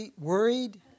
worried